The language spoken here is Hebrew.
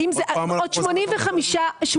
עוד 85%-